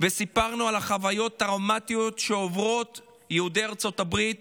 וסיפרנו על חוויות טראומטיות שעוברים יהודי ארצות הברית